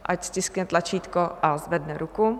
Ať stiskne tlačítko a zvedne ruku.